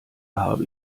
habe